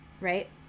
right